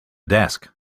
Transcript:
desk